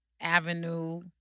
Avenue